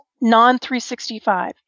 non-365